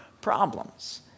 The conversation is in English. problems